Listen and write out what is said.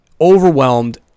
overwhelmed